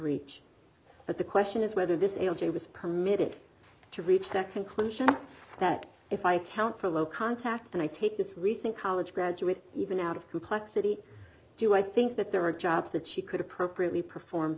reach but the question is whether this is a was permitted to reach the conclusion that if i count for low contact and i take this recent college graduate even out of complexity do i think that there are jobs that she could appropriately perform